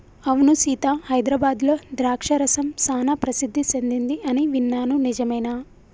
అవును సీత హైదరాబాద్లో ద్రాక్ష రసం సానా ప్రసిద్ధి సెదింది అని విన్నాను నిజమేనా